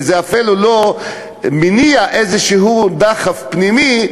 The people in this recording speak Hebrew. וזה אפילו לא מניע דחף פנימי,